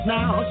Now